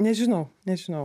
nežinau nežinau